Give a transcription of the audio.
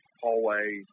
hallway